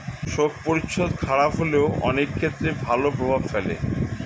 শোক পরিচ্ছদ খারাপ হলেও অনেক ক্ষেত্রে ভালো প্রভাব ফেলে